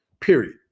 period